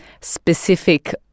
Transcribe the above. specific